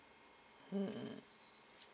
mm